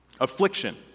Affliction